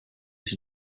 this